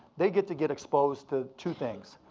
they get to get exposed to two things.